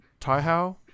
Taihao